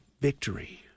victory